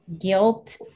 guilt